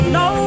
no